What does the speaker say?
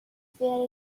fair